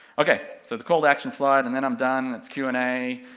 ok, so the call to action slide and then i'm done, it's q and a,